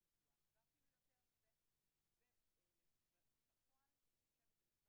אבטחה משנים רבות ואני חושבת שהמצב